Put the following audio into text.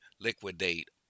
liquidate